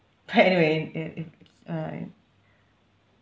but anyway it it's alright